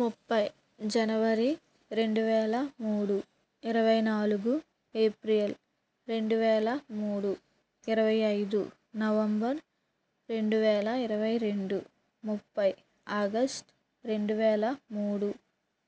ముప్పై జనవరి రెండు వేల మూడు ఇరవై నాలుగు ఏప్రిల్ రెండు వేల మూడు ఇరవై ఐదు నవంబర్ రెండు వేల ఇరవై రెండు ముప్పై ఆగస్ట్ రెండు వేల మూడు